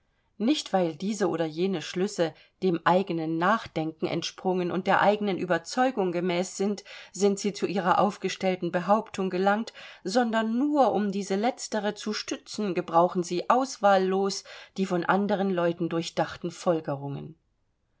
nicht weil diese oder jene schlüsse dem eigenen nachdenken entsprungen und der eigenen überzeugung gemäß sind sind sie zu ihrer aufgestellten behauptung gelangt sondern nur um diese letztere zu stützen gebrauchen sie auswahllos die von anderen leuten durchdachten folgerungen